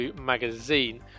Magazine